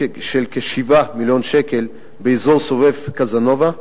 של כ-7 מיליון שקל באזור סובב-קזנובה,